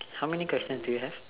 how many questions do you have